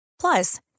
Plus